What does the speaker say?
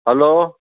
hello